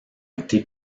été